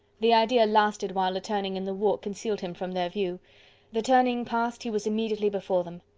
the idea lasted while a turning in the walk concealed him from their view the turning past, he was immediately before them.